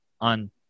on